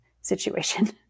situation